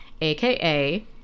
aka